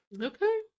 Okay